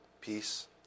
peace